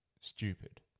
Stupid